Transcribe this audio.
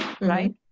right